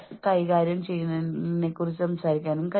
അതിനാൽ വൈകാരിക ആവശ്യങ്ങൾ നിങ്ങളെ വളരെയധികം സമ്മർദ്ദത്തിലാക്കും